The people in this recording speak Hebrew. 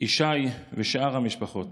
ישי ושאר המשפחות,